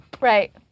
Right